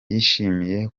yishimiye